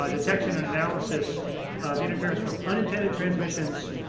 ah detection and analysis of interference from unintended transmissions,